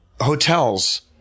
hotels